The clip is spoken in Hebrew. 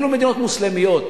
אפילו מדינות מוסלמיות.